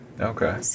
Okay